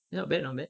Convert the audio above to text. not bad not bad